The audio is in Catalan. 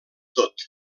tot